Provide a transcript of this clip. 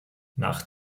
nach